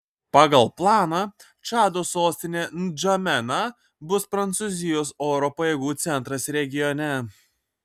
pagal planą čado sostinė ndžamena bus prancūzijos oro pajėgų centras regione